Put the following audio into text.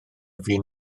fin